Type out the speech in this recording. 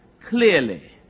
clearly